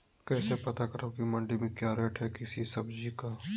कैसे पता करब की मंडी में क्या रेट है किसी सब्जी का?